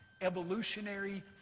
evolutionary